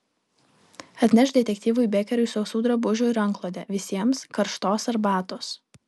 atnešk detektyvui bekeriui sausų drabužių ir antklodę visiems karštos arbatos